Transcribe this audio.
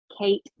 Kate